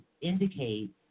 indicate